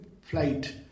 flight